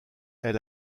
est